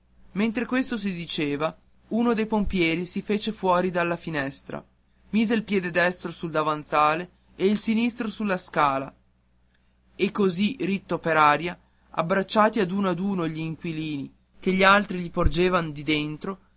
mentre questo si diceva uno dei pompieri si fece fuori della finestra mise il piede destro sul davanzale e il sinistro sulla scala e così ritto per aria abbracciati ad uno ad uno gli inquilini che gli altri gli porgevan di dentro